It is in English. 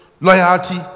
loyalty